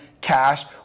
Cash